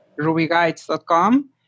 rubyguides.com